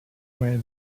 way